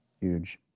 Huge